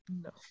No